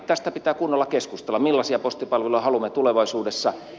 tästä pitää kunnolla keskustella millaisia postipalveluja haluamme tulevaisuudessa